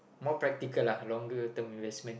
more practical lah longer term investment